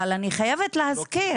אבל אני חייבת להזכיר,